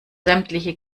sämtliche